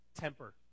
temper